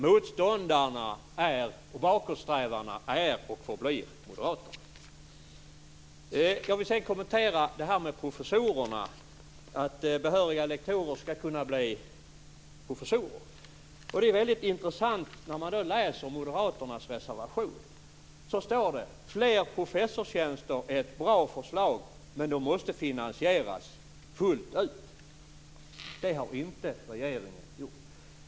Motståndarna, bakåtsträvarna, är och förblir Moderaterna. Jag vill sedan kommentera detta med professorerna, att behöriga lektorer skall kunna bli professorer. Det är väldigt intressant när man läser Moderaternas reservation. Det står: "Fler professorstjänster är ett bra förslag, men de måste finansieras fullt ut. Det har inte regeringen gjort."